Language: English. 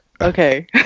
okay